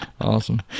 Awesome